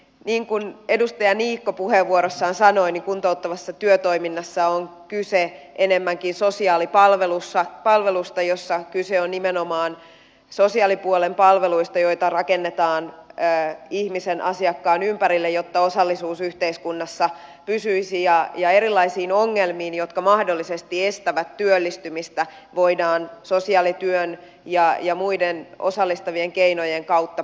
niin kuin edustaja niikko puheenvuorossaan sanoi kuntouttavassa työtoiminnassa on kyse enemmänkin sosiaalipalvelusta jossa kyse on nimenomaan sosiaalipuolen palveluista joita rakennetaan ihmisen asiakkaan ympärille jotta osallisuus yhteiskunnassa pysyisi ja erilaisiin ongelmiin jotka mahdollisesti estävät työllistymistä voidaan sosiaalityön ja muiden osallistavien keinojen kautta puuttua